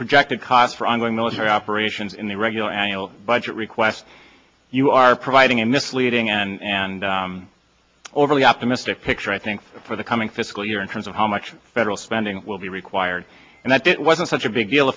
projected costs for ongoing military operations in the regular annual budget request you are providing a misleading and overly optimistic picture i think for the coming fiscal year in terms of how much federal spending will be required and that it wasn't such a big deal